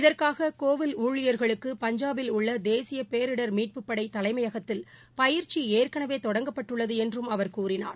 இதற்காககோயில் ஊழியர்களுக்கு பஞ்சாபில் உள்ளதேசியபேரிடர் மீட்புப்படைதலைமயகத்தில் பயிற்சிஏற்கனவேதொடங்கப்பட்டுள்ளதுஎன்றும் அவர் கூறினார்